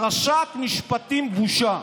"פרשת משפטים, בושה".